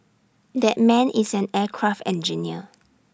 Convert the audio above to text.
that man is an aircraft engineer